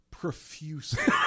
profuse